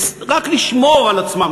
רק לשמור על עצמן,